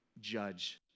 judge